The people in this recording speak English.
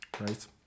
Right